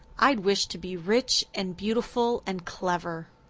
i'd wish to be rich and beautiful and clever.